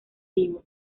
vivo